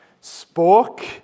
spoke